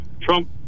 Trump